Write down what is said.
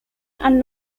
and